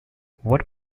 what